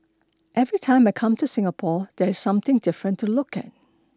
every time I come to Singapore there's something different to look at